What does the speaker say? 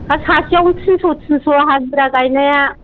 हा सासेआवनो थिनस' थिनस' हाजिरा गायनाया